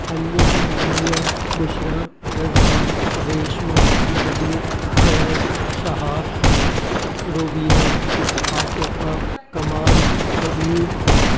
Anjum Dania Bushra Yazdan Reshma Mehboob Faiz Shahab Rubina Asifa Kamal Kabir